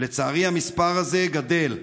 ולצערי המספר הזה גדל.